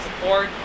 support